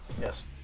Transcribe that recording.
Yes